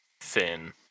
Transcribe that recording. thin